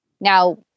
Now